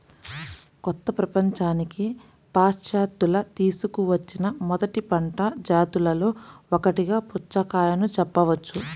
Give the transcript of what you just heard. కొత్త ప్రపంచానికి పాశ్చాత్యులు తీసుకువచ్చిన మొదటి పంట జాతులలో ఒకటిగా పుచ్చకాయను చెప్పవచ్చు